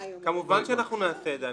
כמובן שאנחנו נעשה את זה,